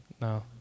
No